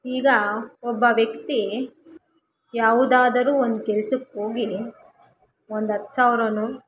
ಈಗ ಒಬ್ಬ ವ್ಯಕ್ತಿ ಯಾವುದಾದರೂ ಒಂದು ಕೆಲ್ಸಕ್ಕೆ ಹೋಗಿ ಒಂದು ಹತ್ತು ಸಾವಿರನೋ